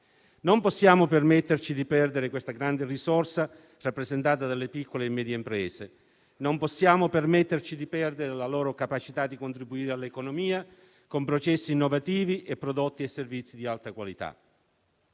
Non possiamo permetterci di perdere la grande risorsa rappresentata delle piccole e medie imprese e la loro capacità di contribuire all'economia, con processi innovativi e prodotti e servizi di alta qualità.